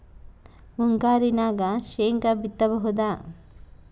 ಮುಂಗಾರಿನಾಗ ಶೇಂಗಾ ಬಿತ್ತಬಹುದಾ?